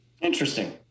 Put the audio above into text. interesting